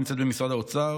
נמצאת במשרד האוצר,